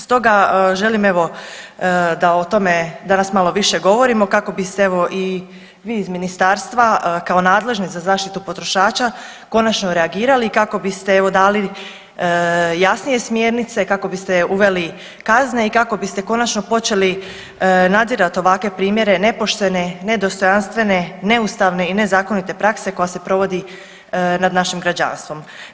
Stoga želim evo da o tome danas malo više govorimo kako bi se evo i iz ministarstva kao nadležni za zaštitu potrošača konačno reagirali i kako biste evo dali jasnije smjernice, kako biste uveli kazne i kako biste konačno počeli nadzirati ovakve primjere nepoštene, nedostojanstvene, neustavne i nezakonite prakse koja se provodi nad našim građanstvom.